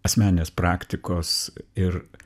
asmeninės praktikos ir